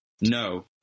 No